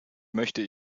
möchte